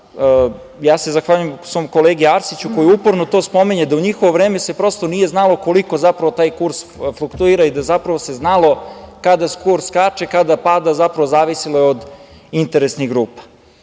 Ja se zahvaljujem svom kolegi Arsiću koji uporno to spominje, da u se u njihovo vreme prosto nije znalo koliko zapravo taj kurs fluktuira i da zapravo se znalo kada kurs skače, kada pada, zapravo zavisilo je od interesnih grupa.U